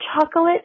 chocolate